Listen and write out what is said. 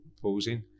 proposing